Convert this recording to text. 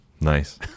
Nice